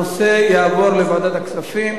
הנושא יעבור לוועדת הכספים